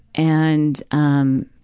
and um